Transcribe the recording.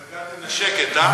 התרגלתם לשקט, אה?